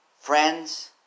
Friends